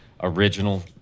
original